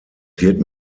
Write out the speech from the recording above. wird